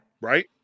Right